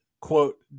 quote